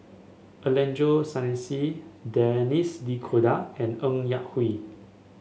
Angelo Sanelli Denis D'Cotta and Ng Yak Whee